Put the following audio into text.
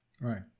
Right